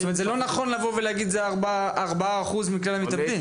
זה לא נכון לבוא ולהגיד, זה 4% מכלל המתאבדים.